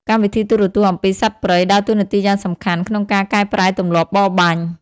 កម្មវិធីទូរទស្សន៍អំពីសត្វព្រៃ ដើរតួនាទីយ៉ាងសំខាន់ក្នុងការកែប្រែទម្លាប់បរបាញ់។